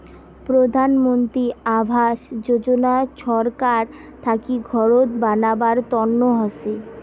প্রধান মন্ত্রী আবাস যোজনা ছরকার থাকি ঘরত বানাবার তন্ন হসে